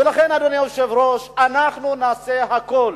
ולכן, אדוני היושב-ראש, אנחנו נעשה הכול,